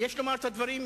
יש לומר את הדברים ישר,